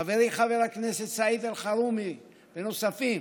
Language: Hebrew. חברי חבר הכנסת סעיד אלחרומי ונוספים.